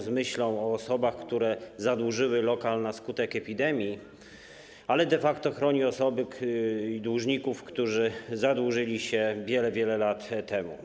z myślą o osobach, które zadłużyły lokal na skutek epidemii, ale de facto chroni osoby i dłużników, którzy zadłużyli się wiele, wiele lat temu.